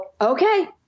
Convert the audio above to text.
Okay